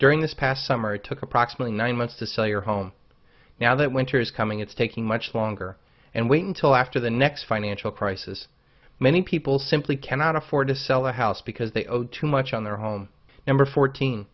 during this past summer it took approximately nine months to sell your home now that winter is coming it's taking much longer and wait until after the next financial crisis many people simply cannot afford to sell their house because they owe too much on their home number fourteen